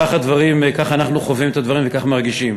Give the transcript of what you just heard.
כך אנחנו חווים את הדברים וכך אנחנו מרגישים.